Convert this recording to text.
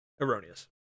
Erroneous